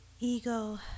Ego